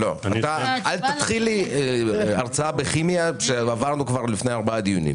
אל תתחיל הרצאה בכימייה שעברנו כבר לפני ארבעה דיונים.